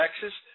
Texas